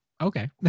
okay